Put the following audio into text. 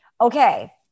okay